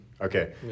Okay